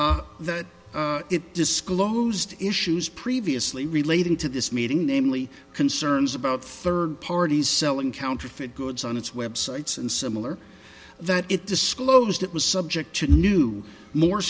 d that it disclosed issues previously relating to this meeting namely concerns about third parties selling counterfeit goods on its websites and similar that it disclosed it was subject to new more